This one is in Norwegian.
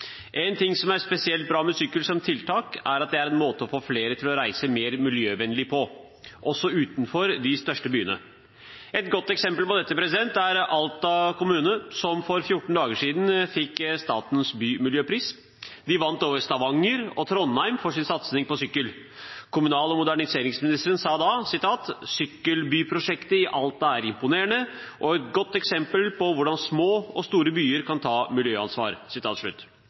En ting som er spesielt bra med sykkel som tiltak, er at det er en måte å få flere til å reise mer miljøvennlig på, også utenfor de største byene. Et godt eksempel på dette er Alta kommune, som for fjorten dager siden fikk Statens bymiljøpris. De vant over Stavanger og Trondheim for sin satsing på sykkel. Kommunal- og moderniseringsministeren sa da: «Sykkelbyprosjektet i Alta er imponerende og et godt eksempel på hvordan små og store byer kan ta miljøansvar.»